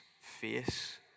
face